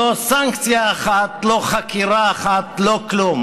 לא סנקציה אחת, לא חקירה אחת, לא כלום.